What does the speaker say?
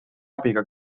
abiga